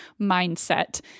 mindset